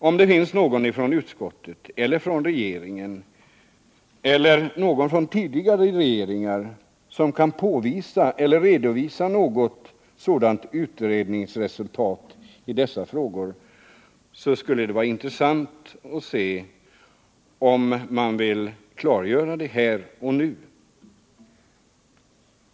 Om det finns någon från utskottet — eller från regeringen eller tidigare regeringar — som kan påvisa eller redovisa något sådant utredningsresultat i dessa frågor, skulle det vara intressant om man ville klargöra det här och nu.